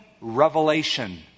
revelation